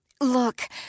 Look